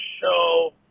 show